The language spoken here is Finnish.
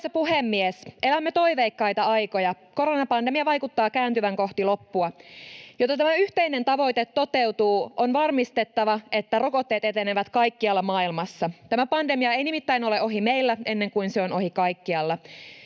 puhemies! Elämme toiveikkaita aikoja. Koronapandemia vaikuttaa kääntyvän kohti loppua. Jotta tämä yhteinen tavoite toteutuu, on varmistettava, että rokotteet etenevät kaikkialla maailmassa. Tämä pandemia ei nimittäin ole ohi meillä, ennen kuin se on ohi kaikkialla.